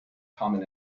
common